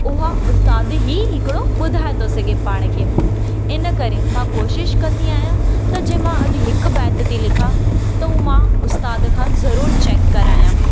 उहा उस्ताद ई हिकिड़ो ॿुधाए थो सघे पाण खे इन करे मां कोशिशि कंदी आहियां त जीअं मां अॼु हिकु बेतु थी लिखां त हू मां उस्ताद खां ज़रूरु चेक करायां